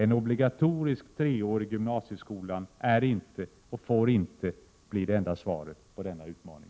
En ”obligatorisk treårig gymnasieskola” är inte och får inte bli det enda svaret på denna utmaning.